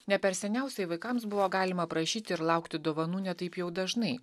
ne per seniausiai vaikams buvo galima prašyti ir laukti dovanų ne taip jau dažnai